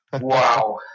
Wow